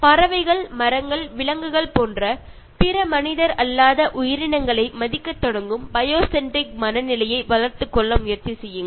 பறவைகள் மரங்கள் விலங்குகள் போன்ற பிற மனிதர் அல்லாத உயிரினங்களை மதிக்கத் தொடங்கும் பயோ சென்ட்ரிக் மனநிலையை வளர்த்துக் கொள்ள முயற்சி செய்யுங்கள்